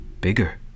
bigger